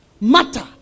matter